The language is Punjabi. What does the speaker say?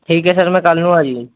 ਠੀਕ ਹੈ ਸਰ ਮੈਂ ਕੱਲ੍ਹ ਨੂੰ ਆਜੂੰ ਜੀ